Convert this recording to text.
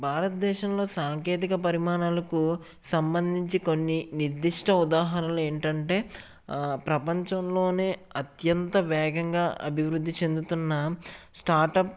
భారతదేశంలో సాంకేతిక పరిమాణాలకు సంబంధించి కొన్ని నిర్దిష్ట ఉదాహరణలు ఏమిటంటే ప్రపంచంలోనే అత్యంత వేగంగా అభివృద్ధి చెందుతున్న స్టార్ట్ అప్